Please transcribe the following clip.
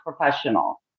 professional